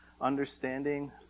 understanding